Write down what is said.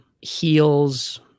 heals